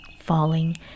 falling